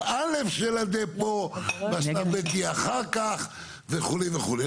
א' של הדפו ושלב ב' יהיה אחר כך וכו' וכו'.